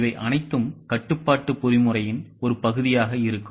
இவை அனைத்தும் கட்டுப்பாட்டு பொறிமுறையின் ஒரு பகுதியாக இருக்கும்